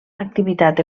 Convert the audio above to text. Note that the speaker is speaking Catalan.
activitat